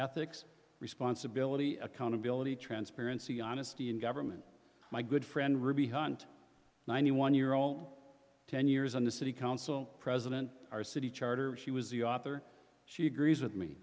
ethics responsibility accountability transparency honesty in government my good friend ruby hunt ninety one year old ten years on the city council president our city charter she was the author she agrees with me